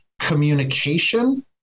communication